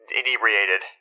inebriated